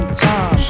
time